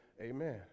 Amen